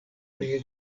pri